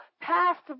passed